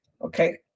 Okay